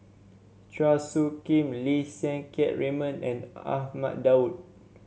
Chua Soo Khim Lim Siang Keat Raymond and Ahmad Daud